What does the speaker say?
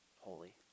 holy